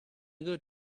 good